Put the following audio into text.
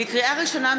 לקריאה ראשונה,